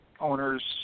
owners